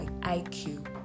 IQ